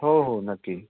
हो हो नक्की